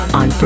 on